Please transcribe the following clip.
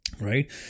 right